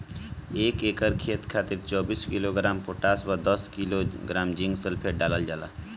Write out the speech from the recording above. एक एकड़ खेत खातिर चौबीस किलोग्राम पोटाश व दस किलोग्राम जिंक सल्फेट डालल जाला?